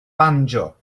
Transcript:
banjo